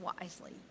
wisely